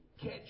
catch